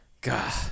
god